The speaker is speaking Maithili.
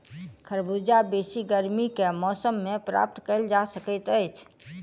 खरबूजा बेसी गर्मी के मौसम मे प्राप्त कयल जा सकैत छै